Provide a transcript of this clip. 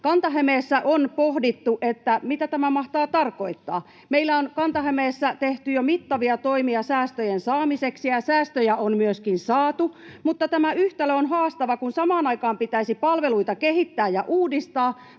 Kanta-Hämeessä on pohdittu, mitä tämä mahtaa tarkoittaa. Meillä on Kanta-Hämeessä tehty jo mittavia toimia säästöjen saamiseksi, ja säästöjä on myöskin saatu, mutta tämä yhtälö on haastava, kun samaan aikaan pitäisi palveluita kehittää ja uudistaa,